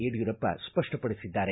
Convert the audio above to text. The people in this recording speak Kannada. ಯಡಿಯೂರಪ್ಪ ಸ್ಪಷ್ಟ ಪಡಿಸಿದ್ದಾರೆ